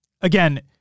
again